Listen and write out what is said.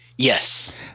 Yes